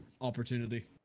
opportunity